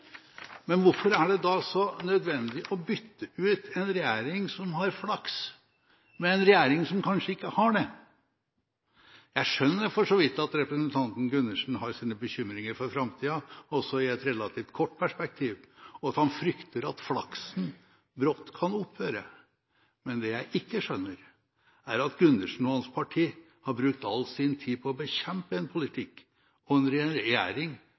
Men hvorfor er det da så nødvendig å bytte ut en regjering som har flaks, med en regjering som kanskje ikke har det? Jeg skjønner for så vidt at representanten Gundersen har sine bekymringer for framtiden, også i et relativt kort perspektiv, og at han frykter at flaksen brått kan opphøre. Men det jeg ikke skjønner, er at Gundersen og hans parti har brukt all sin tid på å bekjempe en politikk og en regjering